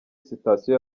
sitasiyo